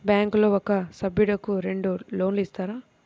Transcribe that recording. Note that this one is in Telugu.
బ్యాంకులో ఒక సభ్యుడకు రెండు లోన్లు ఇస్తారా?